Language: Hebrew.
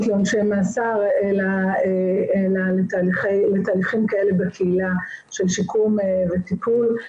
לעונשי מאסר אלא לתהליכים כאלה בקהילה של שיקום וטיפול.